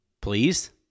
please